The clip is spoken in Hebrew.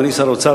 אדוני שר האוצר,